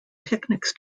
picnics